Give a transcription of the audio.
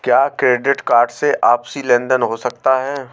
क्या credit card से आपसी लेनदेन हो सकता है?